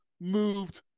moved